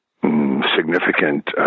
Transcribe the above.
significant